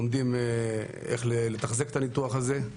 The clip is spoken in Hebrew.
לומדים איך לתחזק את הניתוח הזה.